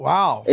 Wow